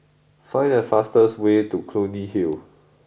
find the fastest way to Clunny Hill